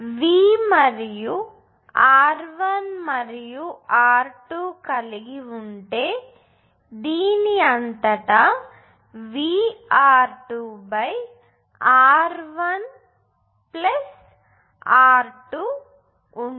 V మరియు R1 మరియు R2కలిగి ఉంటే దీని అంతటా VR2R1R2ఉంటుంది